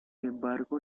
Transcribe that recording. embargo